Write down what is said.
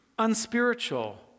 Unspiritual